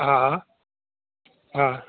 હા હા